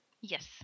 Yes